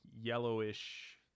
yellowish